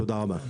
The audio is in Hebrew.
תודה רבה.